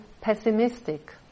pessimistic